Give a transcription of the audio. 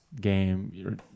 game